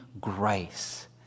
grace